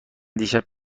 دیشب